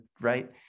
right